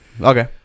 Okay